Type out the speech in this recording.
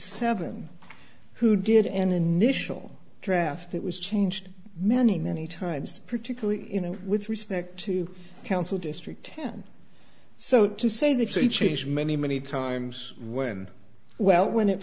seven who did an initial draft that was changed many many times particularly you know with respect to council district ten so to say that he changed many many times when well when it